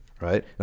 right